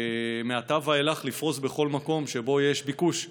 ומעתה ואילך לפרוס בכל מקום שבו יש ביקוש.